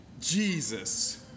Jesus